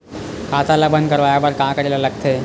खाता ला बंद करवाय बार का करे ला लगथे?